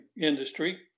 industry